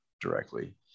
directly